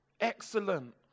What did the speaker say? excellent